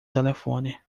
telefone